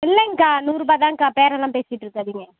இல்லைங்கக்கா நூறுரூபாதாங்கக்கா பேரம் எல்லாம் பேசிட்டுருக்காதிங்க